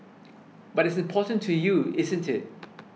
but it's important to you isn't it